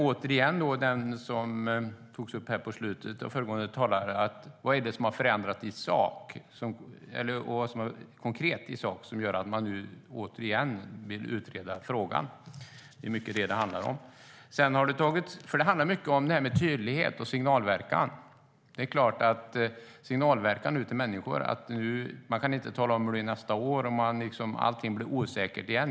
Precis som föregående talare tog upp i slutet av sitt inlägg kan jag dock undra vad det är som har förändrats i sak, alltså konkret i sak, som gör att man nu återigen vill utreda frågan. Det är det detta handlar om. Det handlar nämligen mycket om tydlighet och signalverkan ut till människor. Man kan inte tala om hur det blir nästa år, och allting blir osäkert igen.